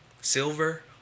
silver